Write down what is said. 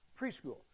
preschool